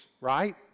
right